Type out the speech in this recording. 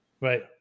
Right